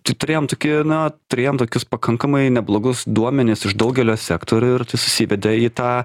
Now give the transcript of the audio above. tu turėjom tokį na turėjom tokius pakankamai neblogus duomenis iš daugelio sektorių ir tai susivedė į tą